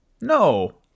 No